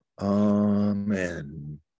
Amen